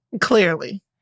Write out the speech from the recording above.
clearly